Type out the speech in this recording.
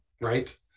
right